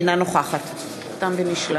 אינה נוכחת תם ונשלם.